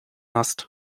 hast